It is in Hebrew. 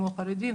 כמו חרדים,